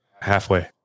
Halfway